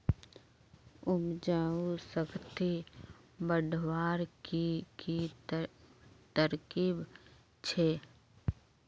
उपजाऊ शक्ति बढ़वार की की तरकीब छे?